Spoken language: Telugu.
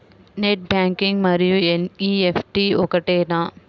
నెట్ బ్యాంకింగ్ మరియు ఎన్.ఈ.ఎఫ్.టీ ఒకటేనా?